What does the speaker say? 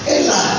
Ella